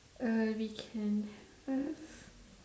uh we can have